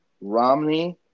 Romney